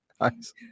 Nice